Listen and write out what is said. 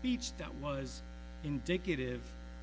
speech that was indicative